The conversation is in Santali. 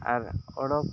ᱟᱨ ᱚᱰᱚᱠ